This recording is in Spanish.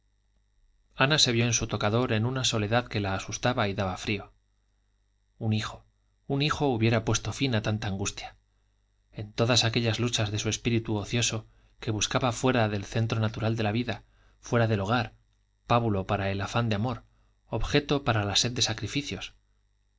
ana se vio en su tocador en una soledad que la asustaba y daba frío un hijo un hijo hubiera puesto fin a tanta angustia en todas aquellas luchas de su espíritu ocioso que buscaba fuera del centro natural de la vida fuera del hogar pábulo para el afán de amor objeto para la sed de sacrificios